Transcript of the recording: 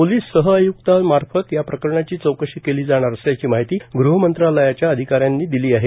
police सह आय्क्तांमार्फत या प्रकरणाची चौकशी केली जाणार असल्याची माहिती गृहमंत्रालयाच्या अधिकाऱ्यांनी दिली आहे